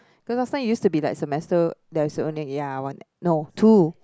cause last time it used to be like semester there was only ya one no two